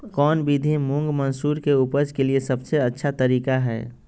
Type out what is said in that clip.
कौन विधि मुंग, मसूर के उपज के लिए सबसे अच्छा तरीका है?